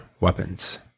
weapons